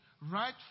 right